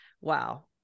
wow